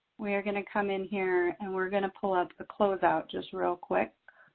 we are going to come in here and we're going to pull up the closeout just real quick.